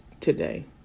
Today